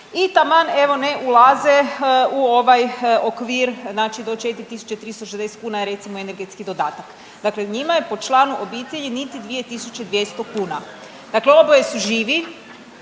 i taman evo ne ulaze u ovaj okvir do 4.360 kuna je recimo energetski dodatak. Dakle, njima je po članu obitelji niti 2.200 kuna, dakle oboje su živi,